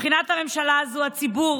מבחינת הממשלה הזאת, הציבור